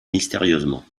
mystérieusement